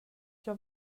jag